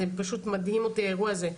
פשוט מדהים אותי האירוע הזה.